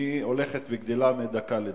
הולכת וגדלה מדקה לדקה.